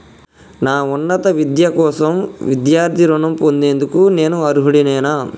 నా ఉన్నత విద్య కోసం విద్యార్థి రుణం పొందేందుకు నేను అర్హుడినేనా?